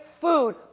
food